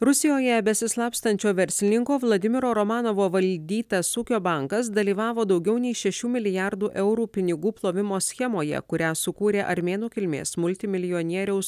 rusijoje besislapstančio verslininko vladimiro romanovo valdytas ūkio bankas dalyvavo daugiau nei šešių milijardų eurų pinigų plovimo schemoje kurią sukūrė armėnų kilmės multimilijonieriaus